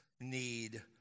need